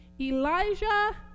Elijah